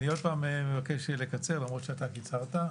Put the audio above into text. אני עוד פעם מבקש לקצר, למרות שאתה קיצרת.